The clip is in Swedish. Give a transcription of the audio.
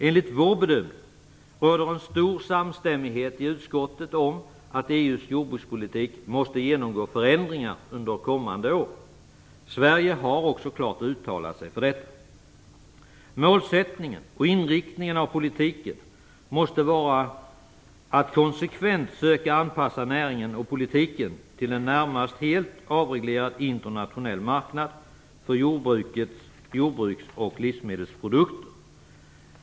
Enligt vår bedömning råder en stor samstämmighet i utskottet om att EU:s jordbrukspolitik måste genomgå förändringar under kommande år. Sverige har också klart uttalat sig för detta. Målsättningen för och inriktningen av politiken måste vara att konsekvent söka anpassa näringen och politiken till en närmast helt avreglerad internationell marknad för jordbruket och för jordbruks och livsmedelsprodukter.